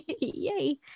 yay